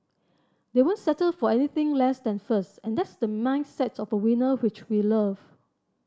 they won't settle for anything less than first and that's the mindset of a winner which we love